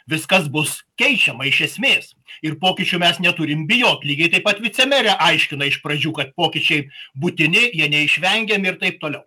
viskas bus keičiama iš esmės ir pokyčių mes neturim bijot lygiai taip pat vicemerė aiškina iš pradžių kad pokyčiai būtini jie neišvengiami ir taip toliau